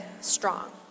strong